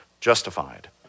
Justified